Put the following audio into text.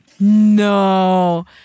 No